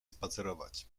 spacerować